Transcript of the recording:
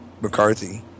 McCarthy